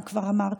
אם כבר אמרתי,